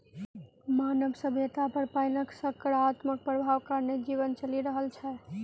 मानव सभ्यता पर पाइनक सकारात्मक प्रभाव कारणेँ जीवन चलि रहल छै